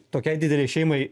tokiai dideliai šeimai